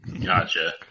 Gotcha